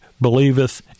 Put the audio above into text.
believeth